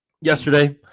yesterday